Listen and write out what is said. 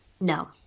No